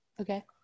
Okay